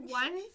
one